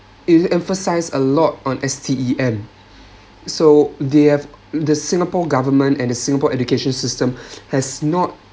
it emphasize a lot on S_T_E_M so they have the singapore government and the singapore education system has not